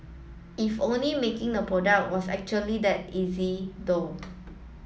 if only making the product was actually that easy though